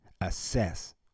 assess